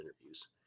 interviews